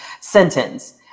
sentence